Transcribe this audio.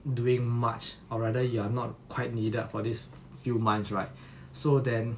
doing much or rather you are not quite needed for these few months right so then